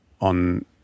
on